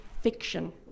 fiction